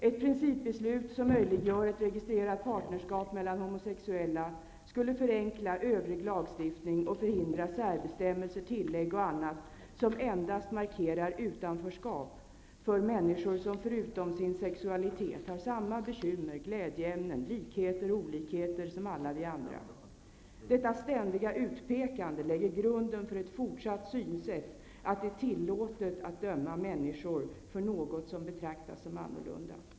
Ett principbeslut som möjliggör ett registrerat partnerskap mellan homosexuella skulle förenkla övrig lagstiftning och förhindra särbestämmelser, tillägg och annat som endast markerar utanförskap för människor som förutom sin sexualitet har samma bekymmer, glädjeämnen, likheter och olikheter som alla vi andra. Detta ständiga utpekande lägger grunden för ett fortsatt synsätt att det är tillåtet att döma människor för något som betraktas som annorlunda.